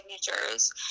signatures